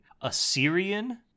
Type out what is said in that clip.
Assyrian